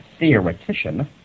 theoretician